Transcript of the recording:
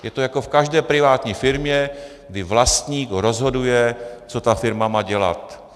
Je to jako v každé privátní firmě, kdy vlastník rozhoduje, co ta firma má dělat.